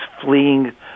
fleeing